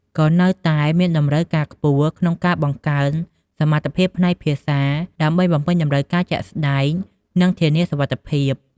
ក៏នៅតែមានតម្រូវការខ្ពស់ក្នុងការបង្កើនសមត្ថភាពផ្នែកភាសា ដើម្បីបំពេញតម្រូវការជាក់ស្ដែង និងធានាសុវត្ថិភាព។